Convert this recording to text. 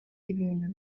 ibintu